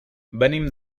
venim